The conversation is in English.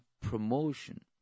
promotion